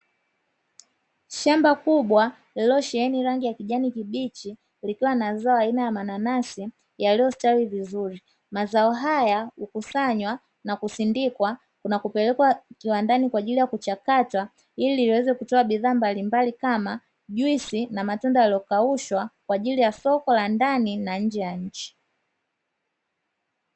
Shamba kubwa lililosheheni rangi ya kijani kibichi likiwa na zao aina ya mananasi yaliyositawi vizuri. Mazao haya hukusanywa na kusindikwa, na kupelekwa kiwandani kwa ajili ya kuchakatwa, ili iweze kutoa bidhaa mbalimbali kama juisi na matunda yaliyokaushwa kwa ajili ya soko la ndani na nje ya nchi.